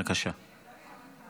אינה נוכחת.